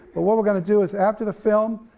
but what we're gonna do is after the film,